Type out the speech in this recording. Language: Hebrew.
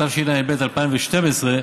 התשע"ב 2012,